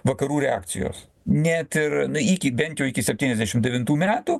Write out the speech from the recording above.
vakarų reakcijos net ir iki bent jau iki septyniasdešim devintų metų